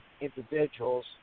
individuals